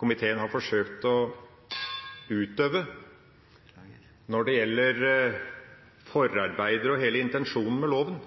komiteen har forsøkt å utøve når det gjelder forarbeider og hele intensjonen med loven.